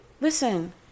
listen